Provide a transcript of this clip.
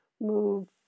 move